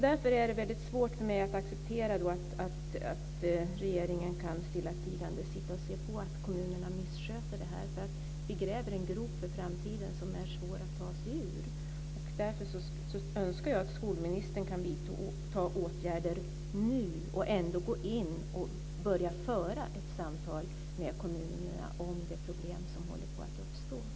Därför är det svårt för mig att acceptera att regeringen stillatigande kan se på när kommunerna misssköter det här. Vi gräver en grop för framtiden som är svår att ta sig ur. Därför önskar jag att skolministern kan vidta åtgärder nu och ändå gå in och börja föra ett samtal med kommunerna om det problem som håller på att uppstå.